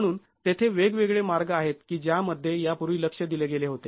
म्हणून तेथे वेगवेगळे मार्ग आहेत की ज्यामध्ये यापूर्वी लक्ष दिले गेले होते